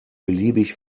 beliebig